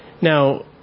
Now